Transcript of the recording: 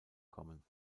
kommen